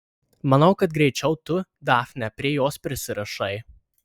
manau kad greičiau tu dafne prie jos prisirišai